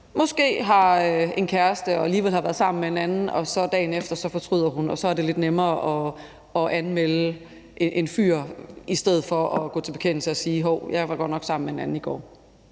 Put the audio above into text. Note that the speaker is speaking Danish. måske har en kæreste og alligevel har været sammen anden, og dagen efter fortryder hun, og så er det lidt nemmere at anmelde en fyr i stedet for at gå til bekendelse og sige: Hov, jeg var godt nok sammen med en anden i går.